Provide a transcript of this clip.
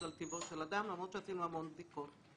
על טיבו של אדם למרות שעשינו המון בדיקות.